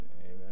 Amen